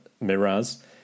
Miraz